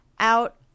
out